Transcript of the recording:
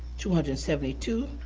two hundred and seventy two.